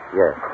yes